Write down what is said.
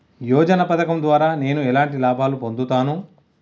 యోజన పథకం ద్వారా నేను ఎలాంటి లాభాలు పొందుతాను?